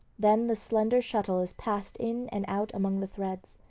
then the slender shuttle is passed in and out among the threads.